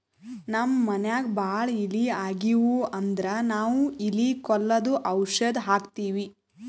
ನಮ್ಮ್ ಮನ್ಯಾಗ್ ಭಾಳ್ ಇಲಿ ಆಗಿವು ಅಂದ್ರ ನಾವ್ ಇಲಿ ಕೊಲ್ಲದು ಔಷಧ್ ಹಾಕ್ತಿವಿ